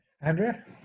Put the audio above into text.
Andrea